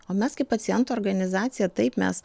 o mes kaip pacientų organizacija taip mes